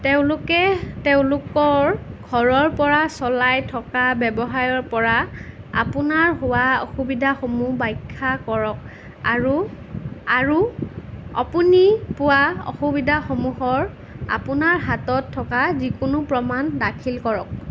তেওঁলোকে তেওঁলোকৰ ঘৰৰপৰা চলাই থকা ব্যৱসায়ৰপৰা অপোনাৰ হোৱা অসুবিধাসমূহ বাখ্যা কৰক আৰু আৰু আপুনি পোৱা অসুবিধাসমূহৰ আপোনাৰ হাতত থকা যিকোনো প্ৰমাণ দাখিল কৰক